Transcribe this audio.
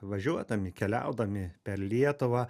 važiuodami keliaudami per lietuvą